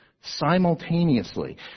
simultaneously